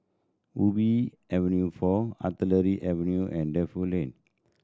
Ubi Avenue Four Artillery Avenue and Defu Lane